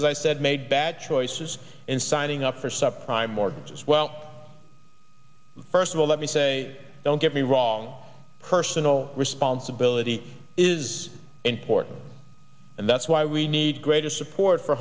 as i that made bad choices in signing up for sub prime mortgages well first of all let me say don't get me wrong personal responsibility is important and that's why we need greater support for